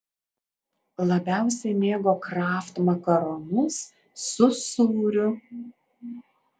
labiausiai mėgo kraft makaronus su sūriu